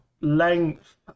length